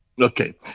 okay